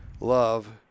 love